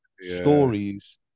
stories